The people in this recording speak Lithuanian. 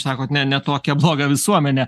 sakot ne ne tokią blogą visuomenę